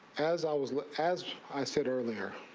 as always as i said earlier.